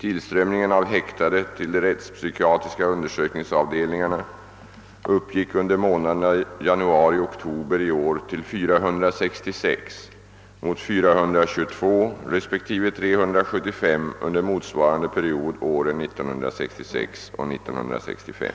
Tillströmningen av häktade till de rättspsykiatriska undersökningsavdelningarna uppgick under månaderna januari—oktober i år till 466 mot 422 respektive 375 under motsvarande period åren 1966 och 19653.